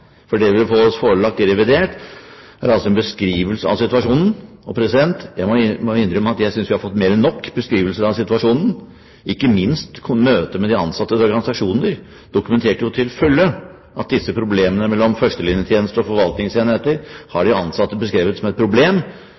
det vi vil få oss forelagt i revidert, er en beskrivelse av situasjonen. Og jeg må innrømme at jeg synes vi har fått mer enn nok av beskrivelser av situasjonen, ikke minst i møte med de ansattes organisasjoner, som jo til fulle dokumenterte at problemene mellom førstelinjetjeneste og forvaltningsenheter har de ansatte beskrevet som et problem